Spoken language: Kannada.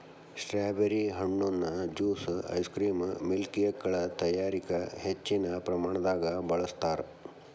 ಸ್ಟ್ರಾಬೆರಿ ಹಣ್ಣುನ ಜ್ಯೂಸ್ ಐಸ್ಕ್ರೇಮ್ ಮಿಲ್ಕ್ಶೇಕಗಳ ತಯಾರಿಕ ಹೆಚ್ಚಿನ ಪ್ರಮಾಣದಾಗ ಬಳಸ್ತಾರ್